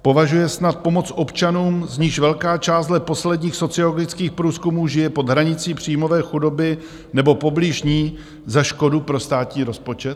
Považuje snad pomoc občanům, z nichž velká část dle posledních sociologických průzkumů žije pod hranicí příjmové chudoby nebo poblíž ní, za škodu pro státní rozpočet?